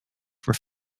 were